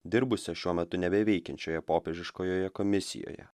dirbusios šiuo metu nebeveikiančioje popiežiškojoje komisijoje